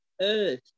earth